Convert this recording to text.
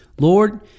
Lord